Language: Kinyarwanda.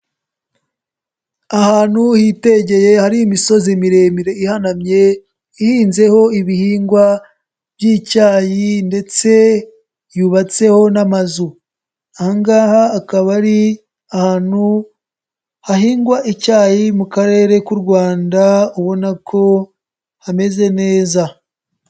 Ahantu hitegeye hari imisozi miremire ihanamye ihinzeho ibihingwa by'icyayi ndetse yubatseho n'amazu. Aha ngaha akaba ari ahantu hahingwa icyayi mu karere k'u Rwanda ubona ko hameze neza.